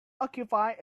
occupy